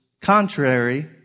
contrary